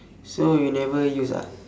so you never use ah